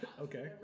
Okay